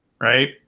Right